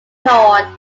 torn